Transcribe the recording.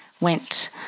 went